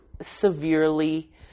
severely